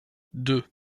deux